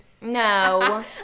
no